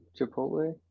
Chipotle